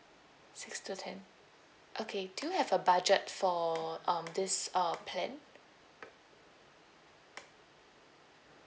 six to ten okay do you have a budget for um this uh plan